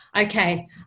Okay